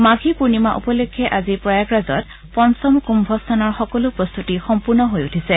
মাঘী পূৰ্ণিমা উপলক্ষে আজি প্ৰয়াগৰাজত পঞ্চম কুম্ভস্নানৰ সকলো প্ৰস্তুতি সম্পূৰ্ণ হৈ উঠিছে